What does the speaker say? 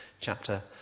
chapter